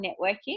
networking